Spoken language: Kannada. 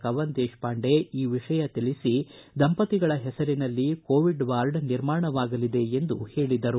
ಕವನ ದೇಶಪಾಂಡೆ ಈ ವಿಷಯ ತಿಳಿಸಿ ದಂಪತಿಗಳ ಹೆಸರಿನಲ್ಲಿ ಕೋವಿಡ್ ವಾರ್ಡ್ ನಿರ್ಮಾಣವಾಗಲಿದೆ ಎಂದು ಹೇಳಿದರು